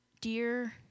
dear